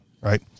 Right